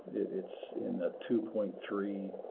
it's in the two point three,